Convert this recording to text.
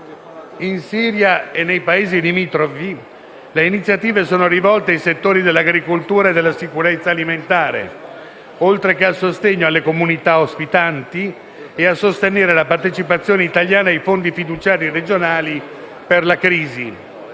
In Siria e nei Paesi limitrofi le iniziative sono rivolte ai settori dell'agricoltura e della sicurezza alimentare, oltre che al sostegno alle comunità ospitanti, e a sostenere la partecipazione italiana ai fondi fiduciari regionali per la crisi,